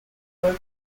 local